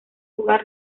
jugar